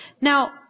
Now